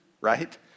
right